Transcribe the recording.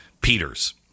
peters